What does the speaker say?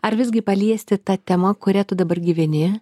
ar visgi paliesti ta tema kuria tu dabar gyveni